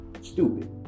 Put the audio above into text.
Stupid